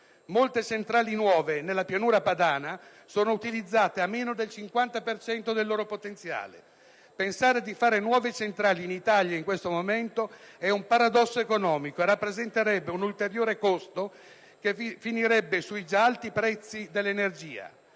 nuove centrali nella pianura padana sono utilizzate a meno del 50 per cento del loro potenziale. Pensare di fare nuove centrali in Italia in questo momento è un paradosso economico e rappresenterebbe un ulteriore costo che finirebbe sui già alti prezzi dell'energia.